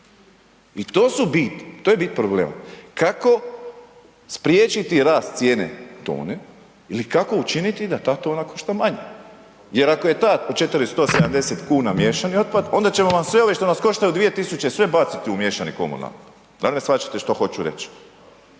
I to su biti, to je bit problema. Kako spriječiti rast cijene tone ili kako učiniti da ta tona bude što manja? Jer ako je taj od 470 kn miješani otpad, onda će nam sve one što nas koštaju 2000, sve baciti u miješani komunalni, da li me shvaćate što hoću reći?